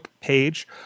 page